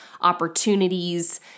opportunities